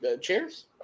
cheers